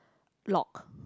lock